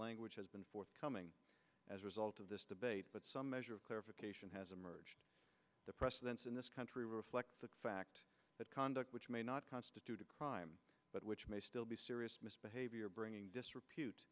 language has been forthcoming as result of this debate but some measure of clarification has emerged the precedents in this country reflect the fact that conduct which may not constitute a crime but which may still be serious misbehavior bringing dis